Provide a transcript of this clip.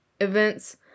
events